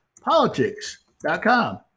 politics.com